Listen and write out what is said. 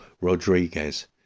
Rodriguez